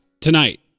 tonight